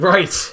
Right